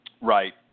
Right